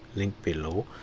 link below,